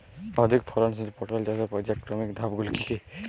অধিক ফলনশীল পটল চাষের পর্যায়ক্রমিক ধাপগুলি কি কি?